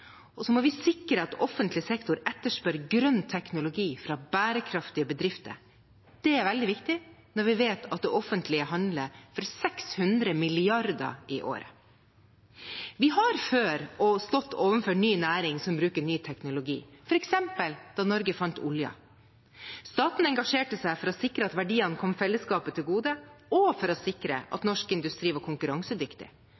Så må vi sikre at offentlig sektor etterspør grønn teknologi fra bærekraftige bedrifter. Det er veldig viktig når vi vet at det offentlige handler for 600 mrd. kr i året. Vi har også før stått overfor nye næringer som bruker ny teknologi, f.eks. da Norge fant oljen. Staten engasjerte seg for å sikre at verdiene kom fellesskapet til gode, og for å sikre